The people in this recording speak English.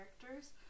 Characters